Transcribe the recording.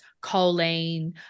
choline